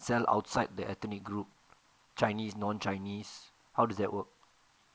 sell outside the ethnic group chinese non chinese how does that work